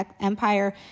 Empire